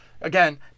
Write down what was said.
Again